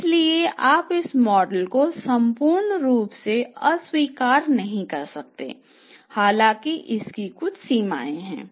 इसलिए आप मॉडल को संपूर्ण रूप से अस्वीकार नहीं कर सकते हालांकि इसकी कुछ सीमाएँ हैं